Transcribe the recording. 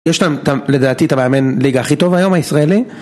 יש לדעתי את המאמן ליגה הכי טוב היום הישראלי